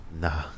Nah